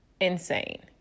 insane